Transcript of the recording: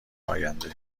آینده